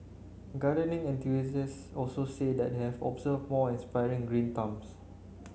gardening enthusiasts also say that they have observed more aspiring green thumbs